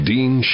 Dean